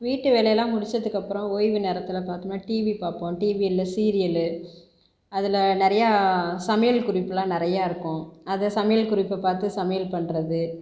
வீட்டு வேலை எல்லாம் முடிச்சதுக்கு அப்புறம் ஓய்வு நேரத்தில் பார்த்தோம்ன்னா டிவி பார்ப்போம் டிவி இல்லை சீரியல் அதில் நிறைய சமையல் குறிப்புலாம் நிறைய இருக்கும் அதை சமையல் குறிப்பை பார்த்து சமையல் பண்ணுறது